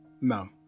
No